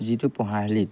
যিটো পঢ়াশালিত